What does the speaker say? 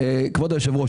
כבוד היושב ראש,